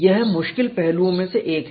यह मुश्किल पहलुओं में से एक है